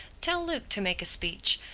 tell luke to make a speech.